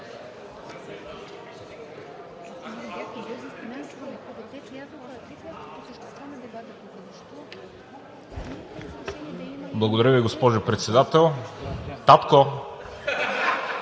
Благодаря Ви, госпожо Председател. От